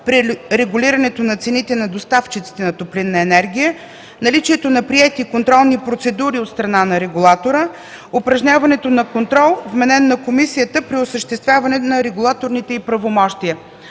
при регулирането на цените на доставчиците на топлинна енергия; - наличието на приети контролни процедури от страна на регулатора; - упражняването на контрол, вменен на комисията при осъществяването на регулаторните й правомощия.